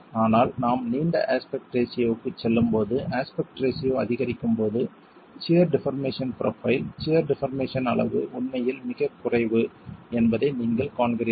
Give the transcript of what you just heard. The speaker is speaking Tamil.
ஆனால் நாம் நீண்ட அஸ்பெக்ட் ரேஷியோவுக்குச் செல்லும்போது அஸ்பெக்ட் ரேஷியோ அதிகரிக்கும் போது shear deformation profile shear deformation அளவு உண்மையில் மிகக் குறைவு என்பதை நீங்கள் காண்கிறீர்கள்